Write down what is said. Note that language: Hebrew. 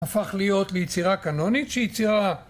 הפך להיות ליצירה קנונית שהיא יצירה...